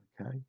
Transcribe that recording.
Okay